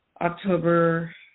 October